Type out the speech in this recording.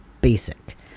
basic